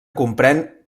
comprèn